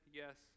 yes